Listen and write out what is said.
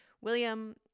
William